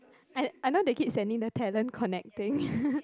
I I know they keep sending the talent connecting